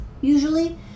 usually